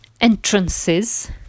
entrances